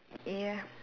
ya